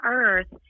earth